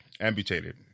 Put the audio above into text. amputated